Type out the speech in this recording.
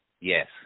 Yes